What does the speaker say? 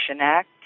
Act